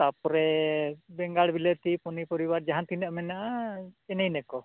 ᱛᱟᱨᱯᱚᱨᱮ ᱵᱮᱸᱜᱟᱲ ᱵᱤᱞᱟᱹᱛᱤ ᱯᱩᱱᱤ ᱯᱚᱨᱤᱵᱟᱨ ᱡᱟᱦᱟᱸ ᱛᱤᱱᱟᱹᱜ ᱢᱮᱱᱟᱜᱼᱟ ᱮᱱᱮ ᱤᱱᱟᱹ ᱠᱚ